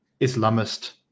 Islamist